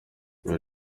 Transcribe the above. ibi